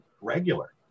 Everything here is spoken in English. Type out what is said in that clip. regular